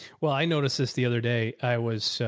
well, i noticed this the other day i was, so